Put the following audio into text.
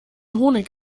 honig